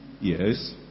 yes